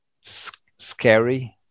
scary